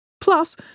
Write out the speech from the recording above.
Plus